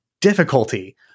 difficulty